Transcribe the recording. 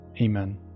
Amen